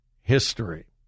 history